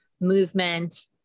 movement